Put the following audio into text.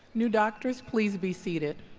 new doctors please be seated.